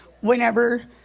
whenever